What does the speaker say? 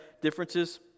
differences